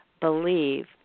believe